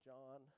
John